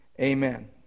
amen